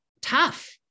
tough